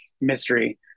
mystery